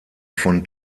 von